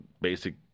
basic